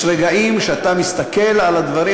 יש רגעים שאתה מסתכל על הדברים,